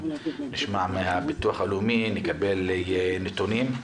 נשמע מן הביטוח הלאומי, נקבל נתונים.